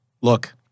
look